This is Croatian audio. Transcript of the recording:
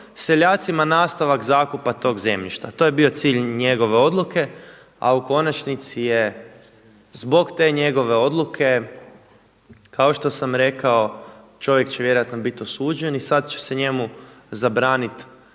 seljacima nastavak zakupa tog zemljišta. To je bio cilj njegove odluke a u konačnici je zbog te njegove odluke kao što sam rekao, čovjek će vjerojatno biti optužen i sada će se njemu zabraniti